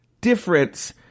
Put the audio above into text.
difference